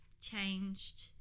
changed